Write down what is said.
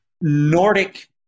Nordic